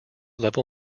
level